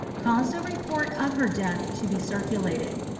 caused a report of her death to be circulated.